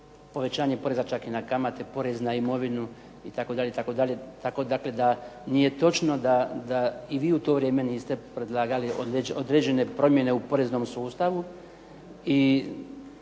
povećanje poreza čak i na kamate, porez na imovinu itd. itd. Tako dakle da nije točno da i vi u to vrijeme niste predlagali određene promjene u poreznom sustavu.